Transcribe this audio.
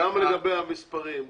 גם לגבי המספרים.